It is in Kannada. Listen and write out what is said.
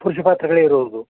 ಪುರುಷ ಪಾತ್ರಗಳೆ ಇರೋದು